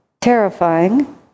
terrifying